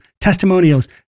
testimonials